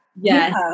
Yes